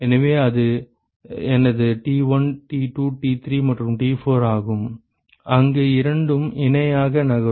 எனவே அது எனது T1 T2 T3 மற்றும் T4 ஆகும் அங்கு இரண்டும் இணையாக நகரும்